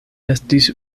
estis